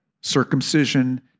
circumcision